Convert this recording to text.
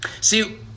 See